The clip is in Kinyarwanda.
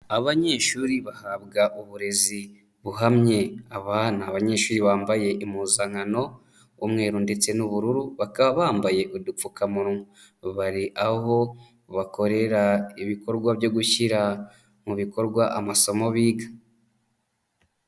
Abanyeshuri bahabwa uburezi buhamye. Aba ni abanyeshuri bambaye impuzankano y'umweru ndetse n'ubururu bakaba bambaye udupfukamunwa, bari aho bakorera ibikorwa byo gushyira mu bikorwa amasomo biga.